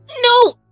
No